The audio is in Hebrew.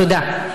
תודה.